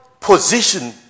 position